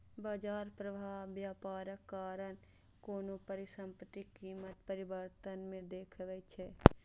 बाजार प्रभाव व्यापारक कारण कोनो परिसंपत्तिक कीमत परिवर्तन मे देखबै छै